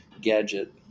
gadget